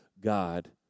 God